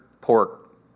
pork